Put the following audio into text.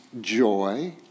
joy